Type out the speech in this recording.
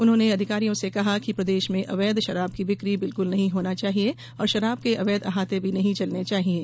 उन्होंने अधिकारियों से कहा कि प्रदेश में अवैध शराब की बिक्री बिल्कुल नहीं होना चाहिये और शराब के अवैध अहाते भी नहीं चलना चाहिये